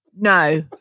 No